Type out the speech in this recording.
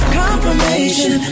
confirmation